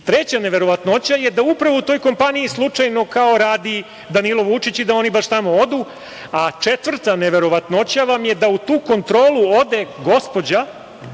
neverovatnoća je da upravo u toj kompaniji slučajno kao radi Danilo Vučić i da oni baš tamo odu. Četvrta neverovatnoća vam je da u tu kontrolu ode gospođa